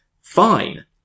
fine